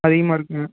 அதிகமாக இருக்குதுங்க